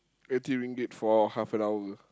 eighty ringgit for half an hour